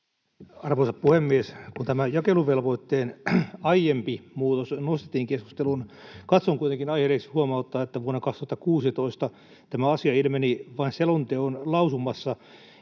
Arvoisa puhemies! Kun tämän jakeluvelvoitteen aiempi muutos nostettiin keskusteluun, katson kuitenkin aiheelliseksi huomauttaa, että vuonna 2016 tämä asia ilmeni vain selonteon lausumassa,